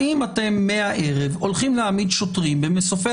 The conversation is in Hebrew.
האם אתם מהערב הולכים להעמיד שוטרים במסופי